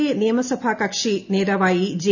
A നിയ്ക്സഭാ് കക്ഷി നേതാവായി ജെ